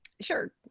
Sure